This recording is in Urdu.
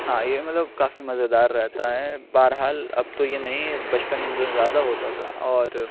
ہاں یہ مطلب کافی مزےدار رہتا ہے بہرحال اب تو یہ نہیں ہے بچپن میں زیادہ ہوتا تھا اور